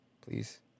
please